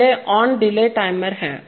पहले ON delay timer है